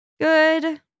Good